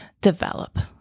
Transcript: develop